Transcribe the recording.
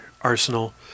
Arsenal